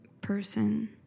person